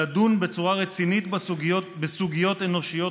לדון בצורה רצינית בסוגיות אנושיות